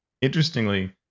interestingly